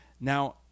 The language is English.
Now